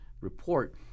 report